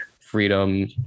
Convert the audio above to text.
freedom